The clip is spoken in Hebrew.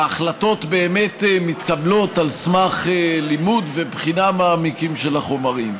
ההחלטות באמת מתקבלות על סמך לימוד ובחינה מעמיקה של החומרים.